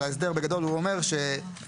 אבל ההסדר בגדול הוא אומר ש-30%